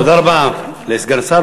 תודה רבה לסגן השר.